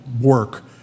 work